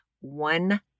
one